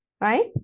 right